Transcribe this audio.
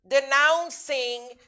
denouncing